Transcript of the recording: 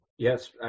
Yes